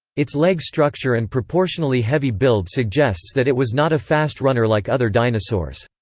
its leg structure and proportionally heavy build suggests that it was not a fast runner like other dinosaurs.